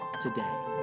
today